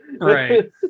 Right